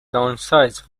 downsize